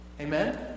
Amen